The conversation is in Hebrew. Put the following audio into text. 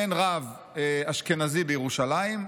אין רב אשכנזי בירושלים,